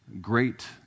great